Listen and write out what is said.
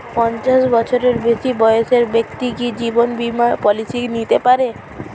পঞ্চাশ বছরের বেশি বয়সের ব্যক্তি কি জীবন বীমা পলিসি নিতে পারে?